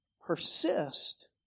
persist